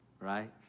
right